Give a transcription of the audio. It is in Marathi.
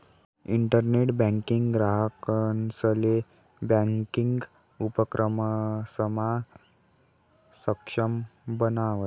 इंटरनेट बँकिंग ग्राहकंसले ब्यांकिंग उपक्रमसमा सक्षम बनावस